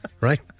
Right